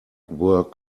were